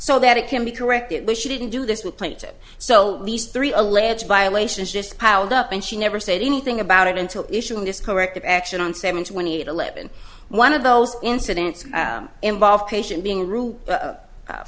so that it can be corrected which she didn't do this with plaintive so these three alleged violations just piled up and she never said anything about it until issuing this corrective action on seven twenty eight eleven one of those incidents involved patients being rude